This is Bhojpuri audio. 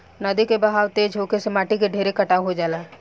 नदी के बहाव तेज होखे से माटी के ढेर कटाव हो जाला